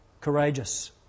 courageous